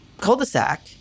cul-de-sac